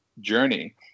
journey